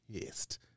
pissed